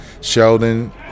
Sheldon